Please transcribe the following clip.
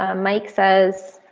ah mike says,